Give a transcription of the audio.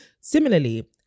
Similarly